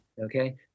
okay